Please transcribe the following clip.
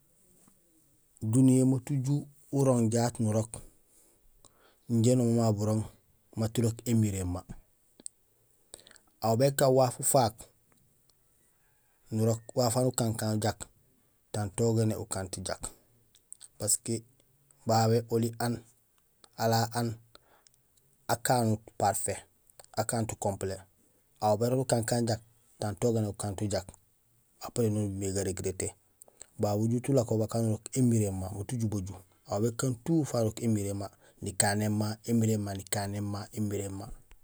Duniyee maat uju urooŋ jaat nurook injé noom mama burooŋ mat irook émirémé. Aw békaan waaf ufaak, nurok waaf wawu nakan kaan wo jak tang togéné waaf wawu ukanut wo jak parce que babé oli aan, ala aan akanut parfait, akanut complet, aw bérok nukankaan jak tang togéné ukanut jak après no nubil mé ga regretté. Babu ujut ulako bakanut émiréma, mat uju baju, aw békaan tout ufaak nurok émiréma ni kanéén ma émiréma nikanéén ma.